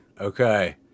Okay